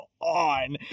on